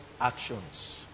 actions